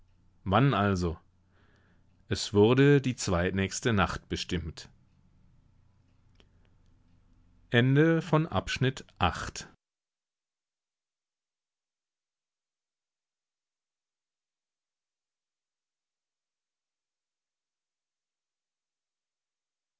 wann also es wurde die zweitnächste nacht bestimmt